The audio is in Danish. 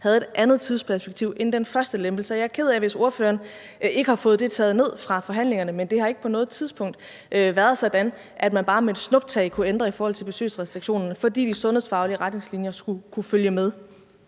havde et andet tidsperspektiv end den første lempelse. Jeg er ked af det, hvis spørgeren ikke har fået det taget ned fra forhandlingerne, men det har ikke på noget tidspunkt været sådan, at man bare med et snuptag kunne ændre i forhold til besøgsrestriktionerne, fordi de sundhedsfaglige retningslinjer skulle kunne følge med.